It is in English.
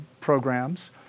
programs